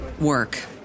work